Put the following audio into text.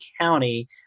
County